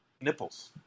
nipples